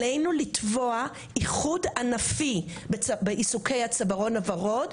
עלינו לתבוע איחוד ענפי בעיסוקי הצווארון הוורוד,